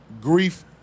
Grief